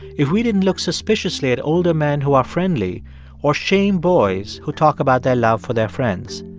if we didn't look suspiciously at older men who are friendly or shame boys who talk about their love for their friends,